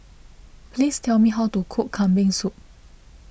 please tell me how to cook Kambing Soup